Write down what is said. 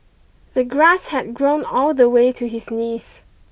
the grass had grown all the way to his knees